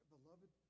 Beloved